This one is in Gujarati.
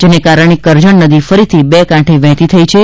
જેને કારણે કરજણ નદી ફરીથી બે કાંઠે વહેતી થઈ છે